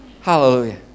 Hallelujah